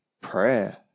prayer